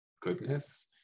goodness